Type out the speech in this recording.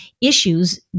issues